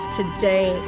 today